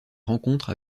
rencontre